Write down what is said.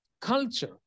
Culture